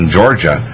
Georgia